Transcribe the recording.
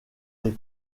des